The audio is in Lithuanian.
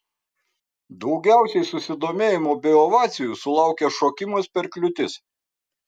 daugiausiai susidomėjimo bei ovacijų sulaukė šokimas per kliūtis